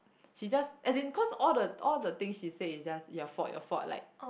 she just as in cause all the all the thing she said is just your fault your fault like